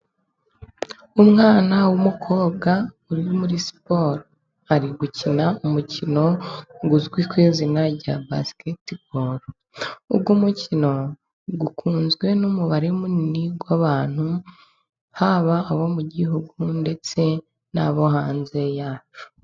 Umwana w'umukobwa uri muri siporo, ari gukina umukino uzwi ku izina rya basiketi boru. Uwo umukino ukunzwe n'umubare munini wabantu, haba abo mu gihugu ndetse n'abo hanze yacyo.